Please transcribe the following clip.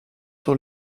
sur